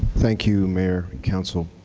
thank you, mayor, council.